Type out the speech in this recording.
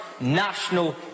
national